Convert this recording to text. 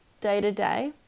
day-to-day